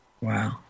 Wow